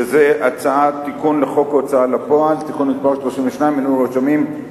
שזה הצעת תיקון לחוק ההוצאה לפועל (תיקון מס' 32) (מינוי רשמים),